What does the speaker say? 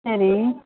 சரி